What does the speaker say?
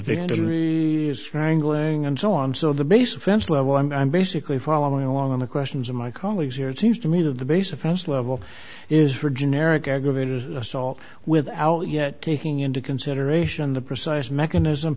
victory strangling and so on so the base offense level i'm basically following along on the questions of my colleagues here it seems to me that the base offense level is for generic aggravated assault without yet taking into consideration the precise mechanism